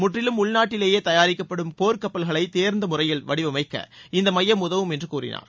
முற்றிலும் உள்நாட்டிலேயே தயாரிக்கப்படும் போர் கப்பல்களை தேர்ந்த முறையில் வடிவமைக்க இந்த மையம் உதவும் என்று அவர் கூறினார்